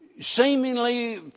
seemingly